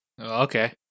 Okay